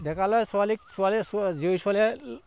ডেকা ল'ৰাই ছোৱালী ছোৱালীয়ে জীয়ৰী ছোৱালীয়ে